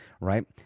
right